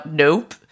nope